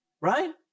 Right